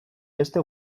beste